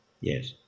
Yes